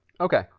Okay